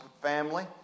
family